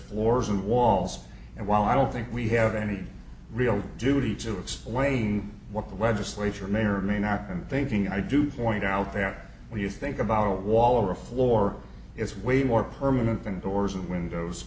floors and walls and while i don't think we have any real duty to explain what the legislature may or may not and thinking i do want out there when you think about how a wall or a floor is way more permanent